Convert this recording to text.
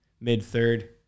mid-third